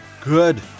good